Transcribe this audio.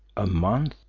a month,